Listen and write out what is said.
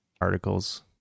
articles